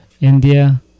India